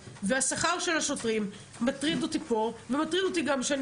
השכר של השוטרים מטריד אותי פה ומטריד אותי גם כשאני